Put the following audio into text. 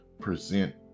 present